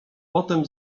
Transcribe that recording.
potem